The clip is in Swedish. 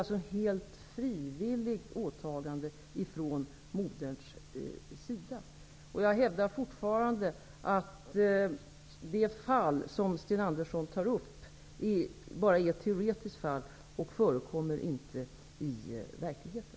Det är ett frivilligt åtagande från moderns sida. Jag hävdar fortfarande att det fall som Sten Andersson tar upp är teoretiskt och förekommer inte i verkligheten.